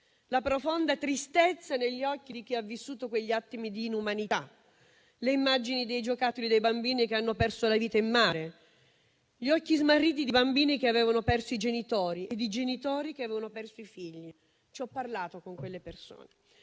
la profonda tristezza negli occhi di chi ha vissuto quegli attimi di inumanità; le immagini dei giocattoli dei bambini che hanno perso la vita in mare; gli occhi smarriti dei bambini che avevano perso i genitori e di genitori che avevano perso i figli. Ho parlato con quelle persone,